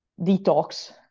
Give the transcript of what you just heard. detox